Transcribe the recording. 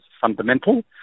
fundamental